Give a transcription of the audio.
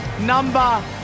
number